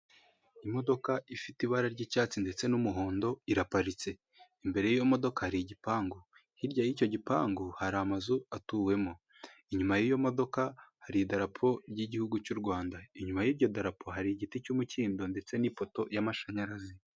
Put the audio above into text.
Imodoka ifite ibara ry'icyatsi ndetse n'umuhondo iraparitse ,imbere y'iyo modoka hari igipangu hirya y'icyo gipangu hari amazu atuwemo inyuma y'iyo modoka hari idarapo ry'igihugu cy'u rwanda inyuma y'iryo rapo hari igiti cy'umukindo ndetse n'ifoto y'amashanyarazi.